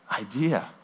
idea